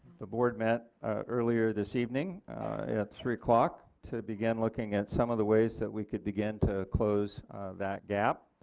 the board met earlier this evening at three o'clock to begin looking at some of the ways that we could begin to close that gap